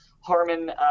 Harman